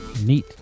Neat